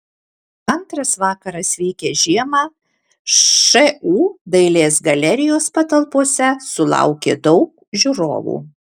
antrasis vakaras vykęs žiemą šu dailės galerijos patalpose sulaukė daug žiūrovų